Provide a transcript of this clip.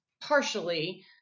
partially